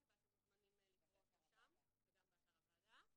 ואתם מוזמנים לקרוא אותו שם וגם באתר הוועדה.